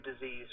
disease